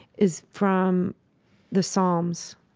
is from the psalms.